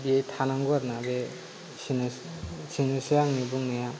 बे थानांगौ आरो आंनि बुंनाया